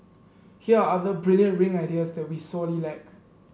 here are other brilliant ring ideas that we sorely lack